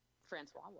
Francois